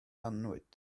annwyd